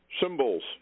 symbols